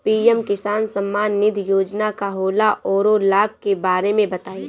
PM Kisan Samman Nidhi Yojana का होला औरो लाभ के बारे में बताई?